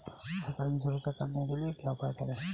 फसलों की सुरक्षा करने के लिए क्या उपाय करें?